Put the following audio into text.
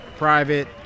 private